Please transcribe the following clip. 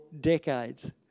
decades